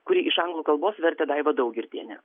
kurį iš anglų kalbos vertė daiva daugirdienė